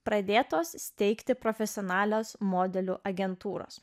pradėtos steigti profesionalios modelių agentūros